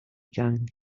gang